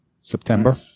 September